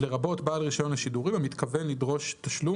לרבות בעל רישיון לשידורים המתכוון לדרוש תשלום